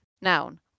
noun